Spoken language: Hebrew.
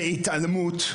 בהתעלמות,